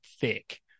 thick